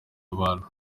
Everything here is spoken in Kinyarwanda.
abantu